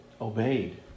obeyed